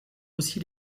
aussi